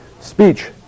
speech